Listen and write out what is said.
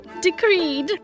Decreed